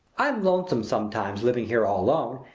i'm lonesome sometimes, living here all alone.